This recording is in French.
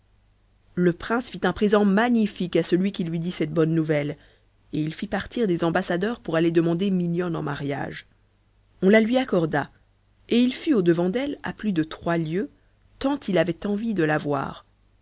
le prince fit un présent magnifique à celui qui lui dit cette bonne nouvelle et il fit partir des ambassadeurs pour aller demander mignonne en mariage on la lui accorda et il fut au-devant d'elle plus de trois lieues tant il avait envie de la voir